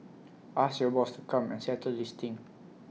ask your boss come and settle this thing